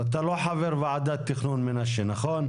אתה לא חבר ועדת תכנון מנשה, נכון?